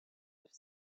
have